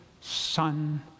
son